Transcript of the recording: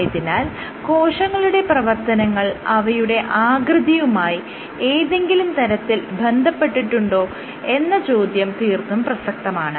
ആയതിനാൽ കോശങ്ങളുടെ പ്രവർത്തനങ്ങൾ അവയുടെ ആകൃതിയുമായി ഏതെങ്കിലും തരത്തിൽ ബന്ധപ്പെട്ടിട്ടുണ്ടോ എന്ന ചോദ്യം തീർത്തും പ്രസക്തമാണ്